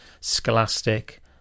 Scholastic